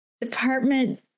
Department